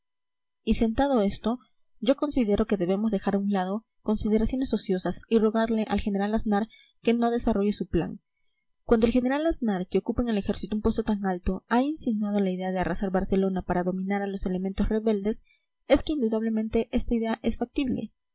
y sentado esto yo considero que debemos dejar a un lado consideraciones ociosas y rogarle al general aznar que no desarrolle su plan cuando el general aznar que ocupa en el ejército un puesto tan alto ha insinuado la idea de arrasar barcelona para dominar a los elementos rebeldes es que indudablemente esta idea es factible